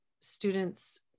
students